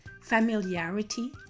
familiarity